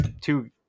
two